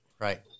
Right